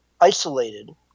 isolated